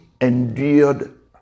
endured